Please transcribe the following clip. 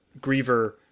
griever